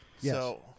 Yes